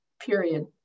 period